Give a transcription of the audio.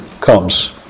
comes